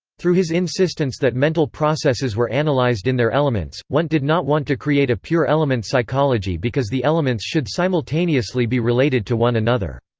through his insistence that mental processes were analysed in their elements, wundt did not want to create a pure element psychology because the elements should simultaneously be related to one another.